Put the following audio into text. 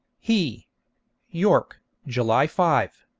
he york, july five.